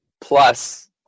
plus